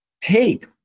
take